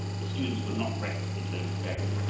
the students would not rest until it was buried,